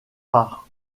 par